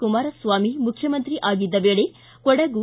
ಕುಮಾರಸ್ವಾಮಿ ಮುಖ್ಯಮಂತ್ರಿ ಆಗಿದ್ದ ವೇಳೆ ಕೊಡಗು